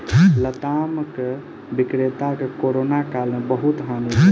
लतामक विक्रेता के कोरोना काल में बहुत हानि भेल